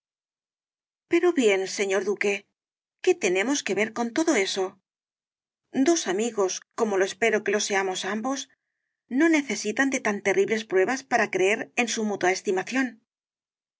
pero bien señor duque qué tenemos que ver con todo eso dos amigos como lo espero que lo seamos ambos no necesitan de tan terribles pruebas para creer en su mutua estimación